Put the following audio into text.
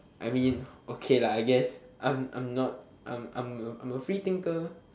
I mean okay lah I guess I'm I'm not I'm I'm a free thinker